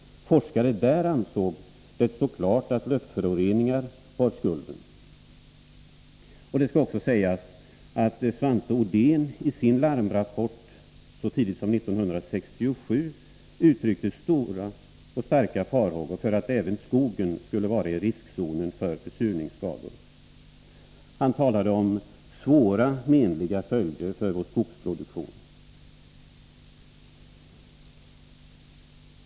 Forskare där ansåg det stå klart att luftföroreningar bar skulden. Det skall också sägas att Svante Odén i sin larmrapport så tidigt som år 1967 uttryckte starka farhågor för att även skogen skulle vara i riskzonen för försurningsskador. Han talade om svåra menliga följder för vår skogsproduktion.